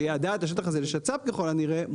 שייעדה את השטח הזה לשצ"פ ככל הנראה,